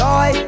Joy